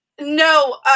No